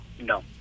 No